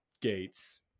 gates